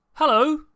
Hello